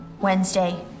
wednesday